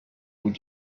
with